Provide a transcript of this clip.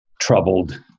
troubled